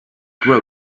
grow